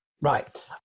Right